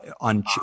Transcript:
on